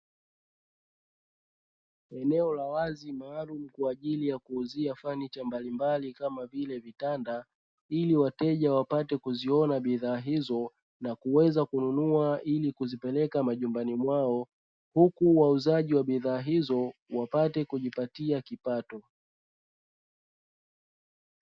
Eneo la wazi maalumu kwaajili ya kuuzia fanicha mbalimbali kama vile: vitanda ili wateja wapate kuziona bidhaa hizo na kuweza kununua ili kuzipeleka majumbani mwao, huku wauzaji wa bidhaa hizo wapate kujipatia kipato.